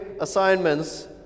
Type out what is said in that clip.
assignments